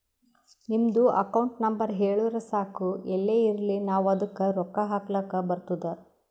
ನಿಮ್ದು account number ಹೇಳುರು ಸಾಕ್ ಎಲ್ಲೇ ಇರ್ಲಿ ನಾವೂ ಅದ್ದುಕ ರೊಕ್ಕಾ ಹಾಕ್ಲಕ್ ಬರ್ತುದ್